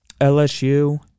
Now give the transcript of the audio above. LSU